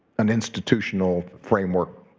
an institutional framework